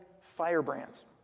firebrands